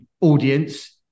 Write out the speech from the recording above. audience